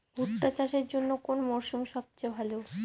ভুট্টা চাষের জন্যে কোন মরশুম সবচেয়ে ভালো?